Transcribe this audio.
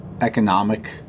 economic